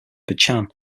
buchan